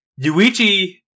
Yuichi